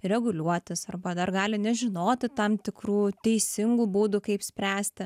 reguliuotis arba dar gali nežinoti tam tikrų teisingų būdų kaip spręsti